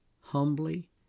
humbly